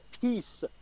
peace